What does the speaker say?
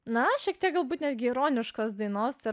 na šiek tiek galbūt netgi ironiškos dainos tai yra